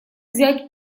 взять